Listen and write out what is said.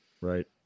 Right